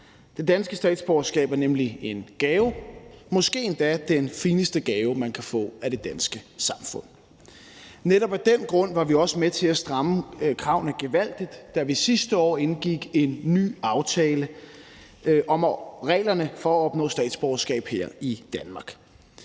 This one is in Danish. Det danske statsborgerskab er nemlig en gave, måske endda den fineste gave, man kan få af det danske samfund. Netop af den grund var vi også med til at stramme kravene gevaldigt, da vi sidste år indgik en ny aftale om reglerne for at opnå statsborgerskab her i Danmark.